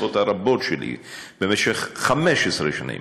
מהשיחות הרבות שלי במשך 15 שנים